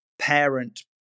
parent